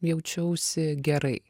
jaučiausi gerai